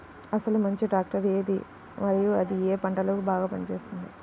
అసలు మంచి ట్రాక్టర్ ఏది మరియు అది ఏ ఏ పంటలకు బాగా పని చేస్తుంది?